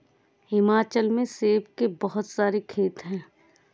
हिमाचल में सेब के बहुत सारे खेत हैं